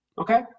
okay